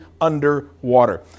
underwater